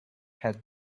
had